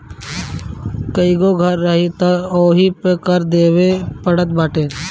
कईगो घर रही तअ ओहू पे कर देवे के पड़त बाटे